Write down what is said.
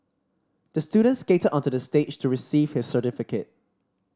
the student skated onto the stage to receive his certificate